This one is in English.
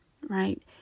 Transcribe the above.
Right